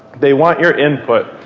they want your input.